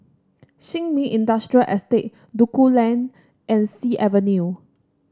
Sin Ming Industrial Estate Duku Lane and Sea Avenue